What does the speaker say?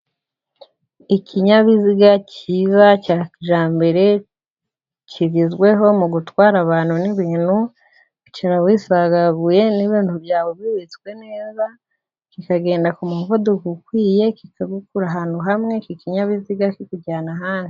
Ikinyabiziga cyiza cya kijyambere kigezweho mu gutwara abantu n'ibintu, wicara wisagaguye kikagenda ku muvuduko ukwiye kikagukura ahantu hamwe kikujyana ahandi